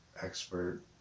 expert